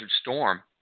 Storm